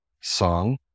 Song